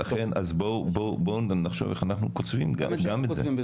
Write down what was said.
בואו נחשוב איך אנחנו כותבים את זה.